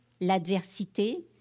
l'adversité